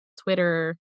Twitter